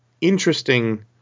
interesting